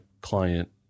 client